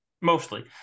mostly